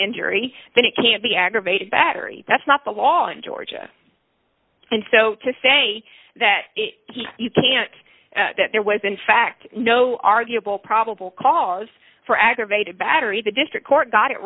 injury then it can be aggravated battery that's not the law in georgia and so to say that you can't that there was in fact no arguable probable cause for aggravated battery the district court got it